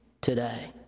today